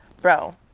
bro